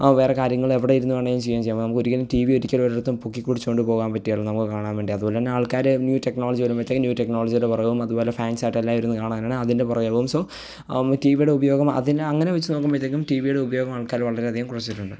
വേറെ കാര്യങ്ങളെവിടെ ഇരുന്ന് വേണേൽ ചെയ്യുകയും ചെയ്യാം നമുക്കൊരിക്കലും ടി വി ഒരിക്കലും ഒരിടത്തും പൊക്കി പിടിച്ചുകൊണ്ട് പോവാൻ പറ്റുകയില്ല നമുക്ക് കാണാൻ വേണ്ടി അതുപോലെത്തന്നെ ആൾക്കാർ ന്യൂ ടെക്നോളജി വരുമ്പോഴത്തേക്കും ന്യൂ ടെക്നോളജിയുടെ പുറകെ പോവും അതുപോലെ ഫാൻസായിട്ടെല്ലാം ഇരുന്ന് കാണാനാണെങ്കിൽ അതിൻ്റെ പുറകെ പോവും സോ അന്ന് ടി വിയുടെ ഉപയോഗം അതിന് അങ്ങനെ വെച്ച് നോക്കുമ്പോഴത്തേക്കും ടി വിയുടെ ഉപയോഗം ആൾക്കാർ വളരെ അധികം കുറച്ചിട്ടുണ്ട്